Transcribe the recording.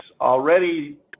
Already